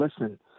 listen—